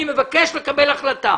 אני מבקש לקבל החלטה